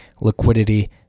liquidity